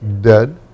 Dead